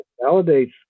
validates